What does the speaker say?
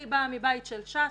אני באה מבית של ש"ס,